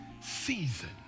season